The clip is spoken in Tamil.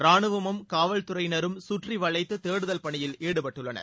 ராணுவமும் காவல்துறையினரும் சுற்றி வளைத்து தேடுதல் பணியில் ாடுபட்டுள்ளனர்